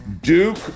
Duke